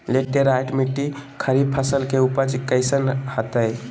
Laterite मिट्टी खरीफ फसल के उपज कईसन हतय?